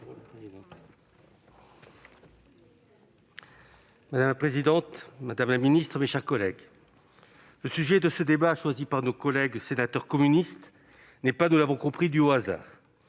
Madame la présidente, madame la ministre, mes chers collègues, le sujet de ce débat choisi par nos collègues sénateurs communistes n'est pas dû au hasard,